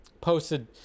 posted